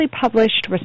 published